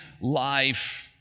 life